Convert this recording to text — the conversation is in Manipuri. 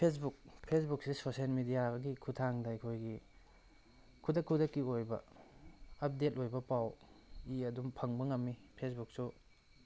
ꯐꯦꯁꯕꯨꯛ ꯐꯦꯁꯕꯨꯛꯁꯦ ꯁꯣꯁꯤꯌꯦꯟ ꯃꯦꯗꯤꯌꯥꯒꯤ ꯈꯨꯊꯥꯡꯗ ꯑꯩꯈꯣꯏꯒꯤ ꯈꯨꯗꯛ ꯈꯨꯗꯛꯀꯤ ꯑꯣꯏꯕ ꯑꯞꯗꯦꯠ ꯑꯣꯏꯕ ꯄꯥꯎ ꯏ ꯑꯗꯨꯝ ꯐꯪꯕ ꯉꯝꯃꯤ ꯐꯦꯁꯕꯨꯛꯁꯨ